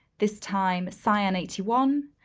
this time cyan eighty one,